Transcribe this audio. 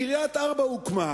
קריית-ארבע הוקמה